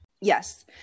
Yes